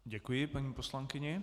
Děkuji paní poslankyni.